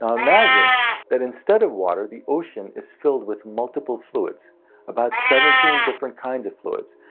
um imagine that instead of water, the ocean is filled with multiple fluids about seventeen different kinds of fluids,